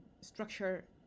structure